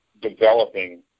developing